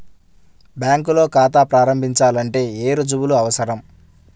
బ్యాంకులో ఖాతా ప్రారంభించాలంటే ఏ రుజువులు అవసరం?